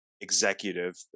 executive